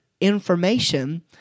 information